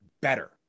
better